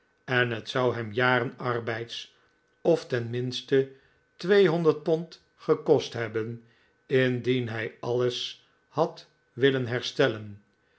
en het zou hem jaren arbeids of ten minste pond gekost hebben indien hij alles had willen herstellen